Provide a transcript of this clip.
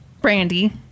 Brandy